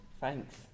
Thanks